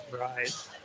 Right